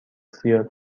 زیاد